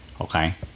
Okay